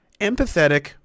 empathetic